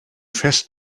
fest